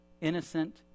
innocent